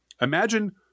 Imagine